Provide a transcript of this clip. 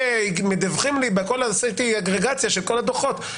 ומדווחים לי בכל הדו"חות,